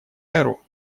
эру